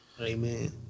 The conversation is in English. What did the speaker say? Amen